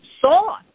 saw